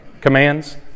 commands